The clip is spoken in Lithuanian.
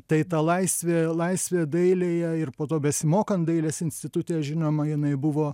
tai ta laisvė laisvė dailėje ir po to besimokant dailės institute žinoma jinai buvo